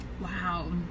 Wow